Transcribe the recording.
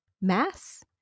mass